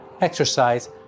exercise